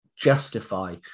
justify